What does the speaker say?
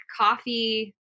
coffee